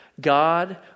God